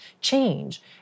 change